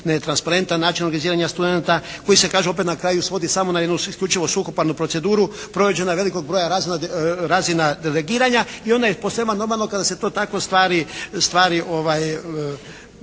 način organiziranja studenata koji se kaže opet na kraju svodi samo na jednu isključivo suhoparnu proceduru, provođenje velikog broja razina delegiranja i onda je posvema normalno kada se to tako stvari